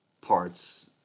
parts